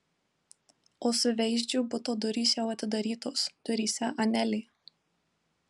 o suveizdžių buto durys jau atidarytos duryse anelė